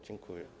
Dziękuję.